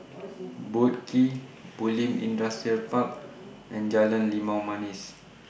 Boat Quay Bulim Industrial Park and Jalan Limau Manis